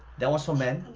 that was for men.